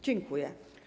Dziękuję.